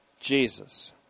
Jesus